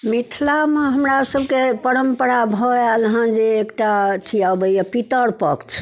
मिथिलामे हमरासभके परम्परा भऽ आएल हँ जे एकटा अथी आबैए पितरपक्ष